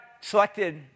selected